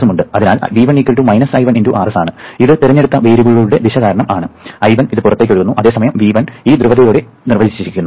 അതിനാൽ V1 I1 × Rs ആണ് ഇത് തിരഞ്ഞെടുത്ത വേരിയബിളുകളുടെ ദിശ കാരണം ആണ് I1 ഇത് പുറത്തേക്ക് ഒഴുകുന്നു അതേസമയം V1 ഈ ധ്രുവതയോടെ നിർവചിച്ചിരിക്കുന്നു